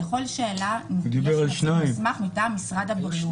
לכל שאלה יש נציג מוסמך של משרד הבריאות,